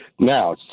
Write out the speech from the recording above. Now